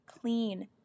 clean